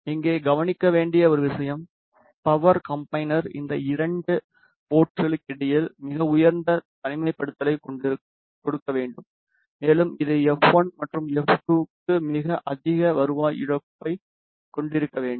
இங்கே கவனிக்க வேண்டிய ஒரு விஷயம் பவர் காம்பினெர் இந்த இரண்டு போர்ட்ஸ்களுக்கிடையில் மிக உயர்ந்த தனிமைப்படுத்தலைக் கொடுக்க வேண்டும் மேலும் இது எஃப் 1 மற்றும் எஃப் 2 க்கு மிக அதிக வருவாய் இழப்பைக் கொண்டிருக்க வேண்டும்